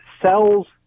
sells